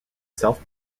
self